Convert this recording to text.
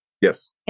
Yes